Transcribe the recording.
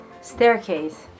staircase